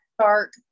dark